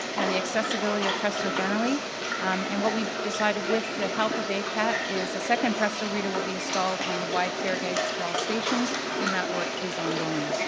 and the accessibility of presto generally and what we've decided with the help of a acat, is a second presto reader will be installed on the wide fare gates at all stations and that we're is ongoing.